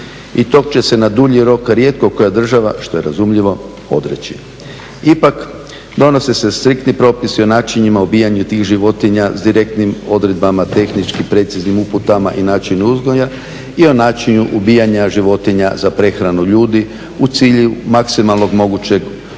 i to će se na dulji rok rijetko koja država, što je razumljivo, odreći. Ipak, donose se striktni propisi o načinima ubijanja tih životinja s direktnim odredbama, tehnički preciznim uputama i načinu uzgoja i o načinu uzgoja i on načinu ubijanja životinja za prehranu ljudi u cilju maksimalnog mogućeg umanjenja